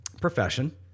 profession